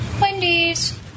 Wendy's